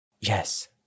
Yes